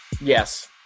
yes